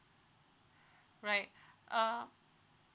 right um